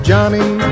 Johnny